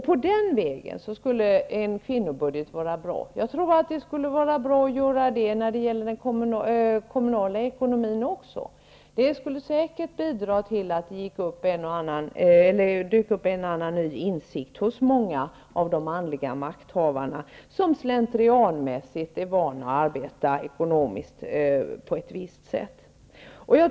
På den vägen skulle en kvinnobudget vara bra. Jag tror att en sådan också skulle vara bra för den kommunala ekonomin. Det skulle säkert bidra till att det dök upp en och annan ny insikt hos många av de manliga makthavarna, som slentrianmässigt arbetar på ett visst sätt med ekonomin.